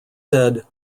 said